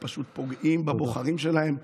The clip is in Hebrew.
הם פשוט פוגעים בבוחרים שלהם,